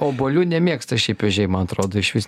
obuolių nemėgsta šiaip ežiai man atrodo išvis